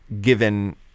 given